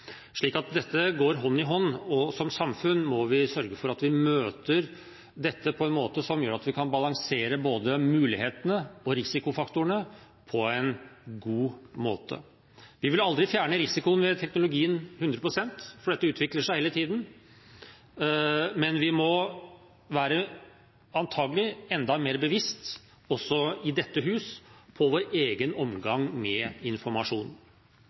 dette går hånd i hånd, og som samfunn må vi sørge for at vi møter dette på en måte som gjør at vi kan balansere både mulighetene og risikofaktorene på en god måte. Vi vil aldri kunne fjerne risikoen ved teknologien 100 pst., for dette utvikler seg hele tiden, men vi må antagelig være enda mer bevisst – også i dette huset – på vår egen omgang med informasjon.